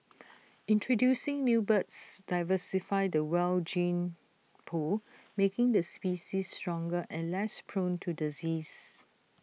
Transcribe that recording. introducing new birds diversify the wild gene pool making the species stronger and less prone to disease